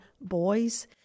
boys